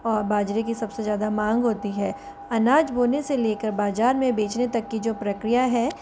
और बाजरे की सबसे ज़्यादा मांग होती है अनाज बोने होने से लेकर बाज़ार में बेचने तक की जो प्रक्रिया है